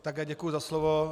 Také děkuji za slovo.